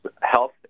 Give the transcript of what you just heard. health